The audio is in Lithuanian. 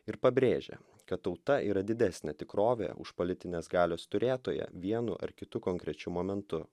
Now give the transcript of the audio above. ir pabrėžia kad tauta yra didesnė tikrovė už politinės galios turėtoją vienu ar kitu konkrečiu momentu